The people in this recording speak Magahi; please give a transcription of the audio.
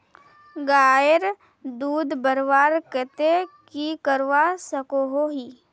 गायेर दूध बढ़वार केते की करवा सकोहो ही?